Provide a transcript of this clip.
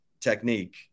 technique